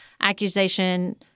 accusation